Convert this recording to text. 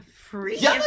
free